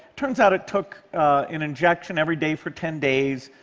turns out it took an injection every day for ten days.